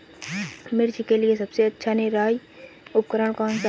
मिर्च के लिए सबसे अच्छा निराई उपकरण कौनसा है?